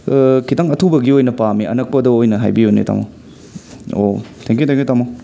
ꯈꯤꯇꯪ ꯑꯊꯨꯕꯒꯤ ꯑꯣꯏꯅ ꯄꯥꯝꯃꯦ ꯑꯅꯛꯄꯗ ꯑꯣꯏꯅ ꯍꯥꯏꯕꯤꯌꯨꯅꯦ ꯇꯥꯃꯣ ꯑꯣ ꯊꯦꯡꯀ꯭ꯌꯨ ꯊꯦꯡꯀ꯭ꯌꯨ ꯇꯥꯃꯣ